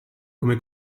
come